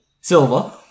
Silver